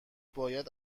باید